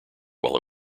while